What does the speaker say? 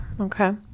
Okay